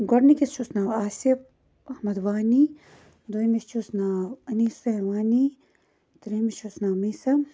گۄڈنِکِس چھُس ناو آصِف احمد وانی دوٚیمِس چھُس ناو انیٖسا وانی تریٚیِمِس چھُس ناو میٖثَم